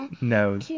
No